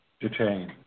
detain